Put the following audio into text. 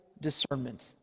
discernment